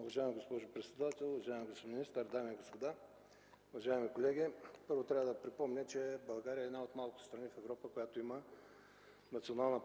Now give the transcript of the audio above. Уважаема госпожо председател, уважаеми господин министър, дами и господа, уважаеми колеги! Първо, трябва да припомня, че България е една от малкото страни в Европа, която има Национална